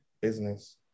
business